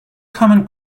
common